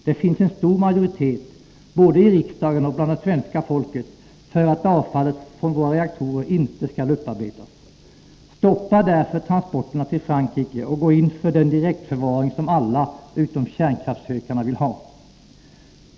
Det finns en stor majoritet både i riksdagen och bland det svenska folket för att avfallet från våra reaktorer inte skall upparbetas. Stoppa därför transporterna till Frankrike och gå in för den direktförvaring som alla utom kärnkraftshökarna vill ha.